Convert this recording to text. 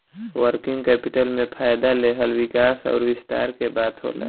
working capital में फ़ायदा लेहल विकास अउर विस्तार के बात होला